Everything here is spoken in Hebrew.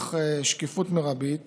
שלצורך שקיפות מרבית